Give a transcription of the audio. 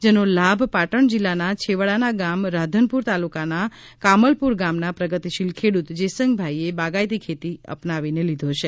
આનો લાભ પાટણ જિલ્લાના છેવાડાના ગામ રાધનપુર તાલુકાના કામલપુર ગામના પ્રગતિશીલ ખેડૂત જેસંગભાઈએ બાગાયતી ખેતી અપનાવી છે